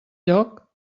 lloc